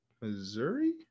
Missouri